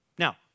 Now